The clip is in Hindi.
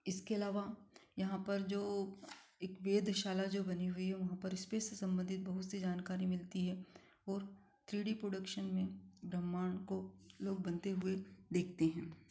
इसके अलावा यहाँ पर जो एक वेधशाला जो बनी हुई है वहाँ पर स्पेस से संबंधित बहुत सी जानकारी मिलती है और थ्री डी प्रोडक्शन में ब्रह्मांड को लोग बनते हुए देखते हैं